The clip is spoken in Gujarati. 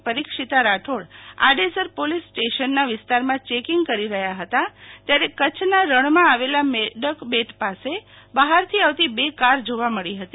પરીક્ષિતા રાઠોડ આડેસર પોલીસ સ્ટેશનના વિસ્તારમાં ચેકીંગ કરી રહ્યા હતા ત્યારે કચ્છના રણમાં આવેલા મેડક બેટ પાસે બહાર થી આવતી બે કાર જોવા મળી હતી